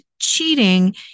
cheating